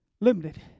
limited